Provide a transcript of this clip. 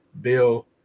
Bill